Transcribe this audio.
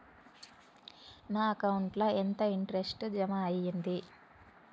నా అకౌంట్ ల ఎంత ఇంట్రెస్ట్ జమ అయ్యింది?